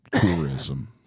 tourism